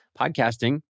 podcasting